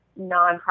nonprofit